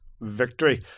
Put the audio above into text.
victory